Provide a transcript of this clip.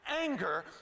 anger